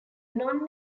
non